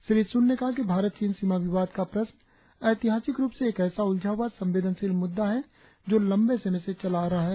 Shri Sun ने कहा कि भारत चीन सीमा विवाद का प्रश्न ऐतिहासिक रुप से एक ऐसा उलझा हुआ संवेदनशील मुद्दा है जो लंबे समय से चला आ रहा है